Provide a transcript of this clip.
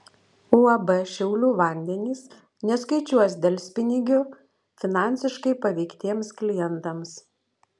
uab šiaulių vandenys neskaičiuos delspinigių finansiškai paveiktiems klientams